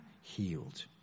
healed